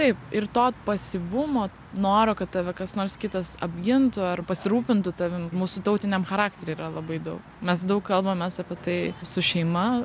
taip ir to pasyvumo noro kad tave kas nors kitas apgintų ar pasirūpintų tavim mūsų tautiniam charaktery yra labai daug mes daug kalbamės apie tai su šeima